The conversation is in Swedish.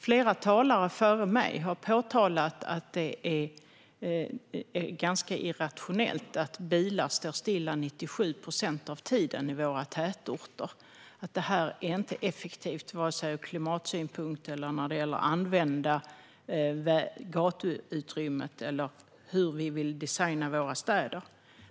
Flera talare före mig har påpekat att det är ganska irrationellt att bilar i våra tätorter står stilla 97 procent av tiden. Det är inte effektivt ur klimatsynpunkt, när det gäller att använda gatuutrymmet eller med tanke på hur vi vill designa våra städer.